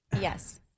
Yes